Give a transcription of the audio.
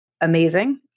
Amazing